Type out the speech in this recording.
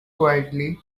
quietly